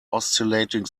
oscillating